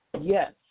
Yes